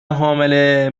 حامله